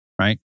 right